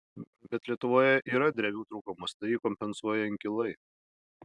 bet lietuvoje yra drevių trūkumas tai jį kompensuoja inkilai